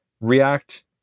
React